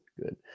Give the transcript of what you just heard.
good